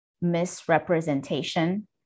misrepresentation